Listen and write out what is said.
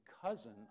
cousin